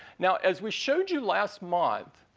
now, as we showed you last month,